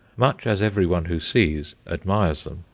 much as every one who sees admires them,